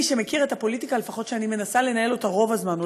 מי שמכיר את הפוליטיקה שאני לפחות מנסה לנהל רוב הזמן,